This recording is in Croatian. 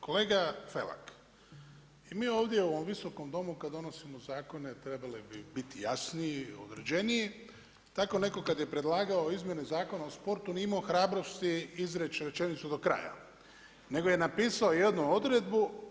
Kolega Felak, i mi u ovdje u ovom Viskom domu kad donosimo zakone trebali bi biti jasni i određeniji, tako netko kad je predlagao izmjene Zakona o sportu nije imao hrabrosti izreći rečenicu do kraja nego je napisao jednu odredbu.